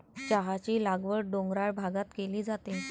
चहाची लागवड डोंगराळ भागात केली जाते